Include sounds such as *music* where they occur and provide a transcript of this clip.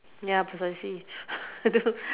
ya precisely *laughs*